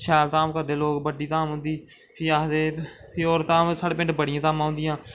शैल धाम करदे लोग बड्डी धाम होंदी फ्ही आखदे फ्ही साढ़े पिंड बड़ियां धामां होंदियां